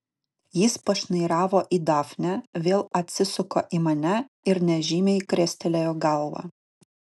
jis pašnairavo į dafnę vėl atsisuko į mane ir nežymiai krestelėjo galva